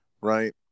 right